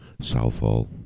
Southall